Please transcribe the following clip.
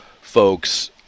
folks